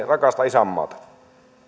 rakasta isänmaata